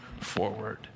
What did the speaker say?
forward